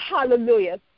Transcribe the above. hallelujah